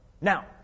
Now